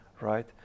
right